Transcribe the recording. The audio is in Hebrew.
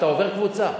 אתה עובר קבוצה.